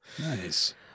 Nice